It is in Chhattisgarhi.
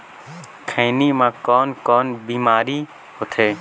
खैनी म कौन कौन बीमारी होथे?